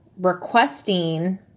requesting